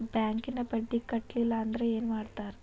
ಬ್ಯಾಂಕಿನ ಬಡ್ಡಿ ಕಟ್ಟಲಿಲ್ಲ ಅಂದ್ರೆ ಏನ್ ಮಾಡ್ತಾರ?